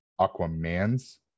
Aquaman's